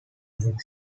mixed